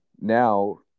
Now